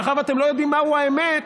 ומאחר שאתם לא יודעים מהי האמת,